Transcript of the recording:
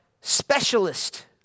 specialist